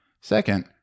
Second